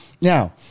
Now